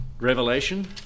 Revelation